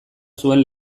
zuen